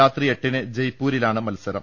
രാത്രി എട്ടിന് ജയ്പൂരിലാണ് മത്സരം